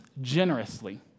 generously